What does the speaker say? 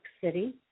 City